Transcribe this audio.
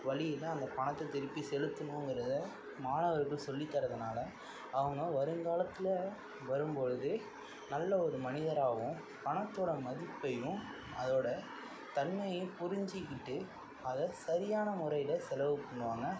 வழிதான் அந்த பணத்தை திருப்பி செலுத்துணும்ங்கிறதை மாணவர்களுக்கு சொல்லித்தர்றதனால அவங்க வருங்காலத்தில் வரும்பொழுது நல்ல ஒரு மனிதராகவும் பணத்தோட மதிப்பையும் அதோட தன்மையையும் புரிஞ்சிக்கிட்டு அதை சரியான முறையில் செலவு பண்ணுவாங்க